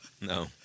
No